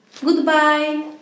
Goodbye